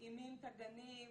מתאימים את הגנים,